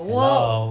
hello